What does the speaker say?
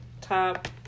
top